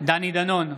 דני דנון,